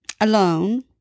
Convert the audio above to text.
alone